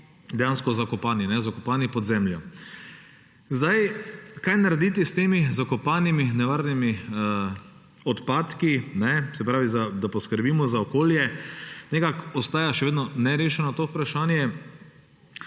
dejansko zakopani, zakopani pod zemljo. Kaj narediti s temi zakopanimi nevarnimi odpadki, da poskrbimo za okolje, nekako ostaja še vedno nerešeno vprašanje.